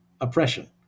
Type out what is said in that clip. oppression